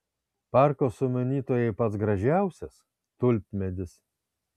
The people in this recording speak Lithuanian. parko sumanytojai pats gražiausias tulpmedis